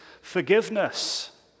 forgiveness